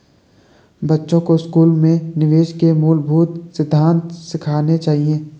बच्चों को स्कूल में निवेश के मूलभूत सिद्धांत सिखाने चाहिए